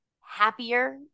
happier